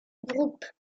groupe